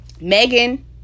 megan